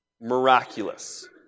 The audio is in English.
miraculous